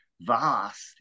vast